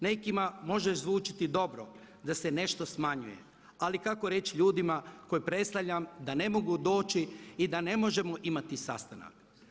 Nekima može zvučati dobro da se nešto smanjuje ali kako reći ljudima koje predstavljam da ne mogu doći i da ne možemo imati sastanak.